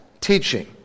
teaching